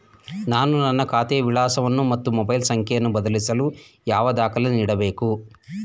ನಾನು ನನ್ನ ಖಾತೆಯ ವಿಳಾಸವನ್ನು ಮತ್ತು ಮೊಬೈಲ್ ಸಂಖ್ಯೆಯನ್ನು ಬದಲಾಯಿಸಲು ಯಾವ ದಾಖಲೆ ನೀಡಬೇಕು?